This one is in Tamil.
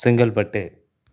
செங்கல்பட்டு